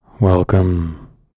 Welcome